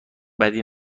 بدی